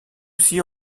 aussi